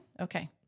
Okay